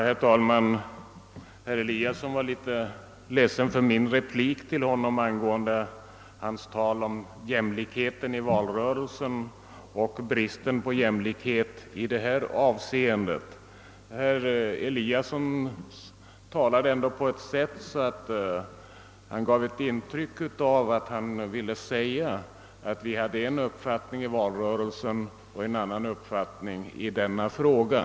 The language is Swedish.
Herr talman! Herr Eliasson i Sundborn var litet ledsen på grund av min replik till honom med anledning av hans tal om jämlikhet i valrörelsen och bristen på jämlikhet i detta avseende. Men herr Eliasson talade ändå på ett sätt som gav intryck av att han ville säga, att vi skulle ha haft en uppfattning i valrörelsen och en annan uppfattning i denna fråga.